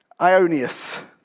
Ionius